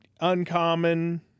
uncommon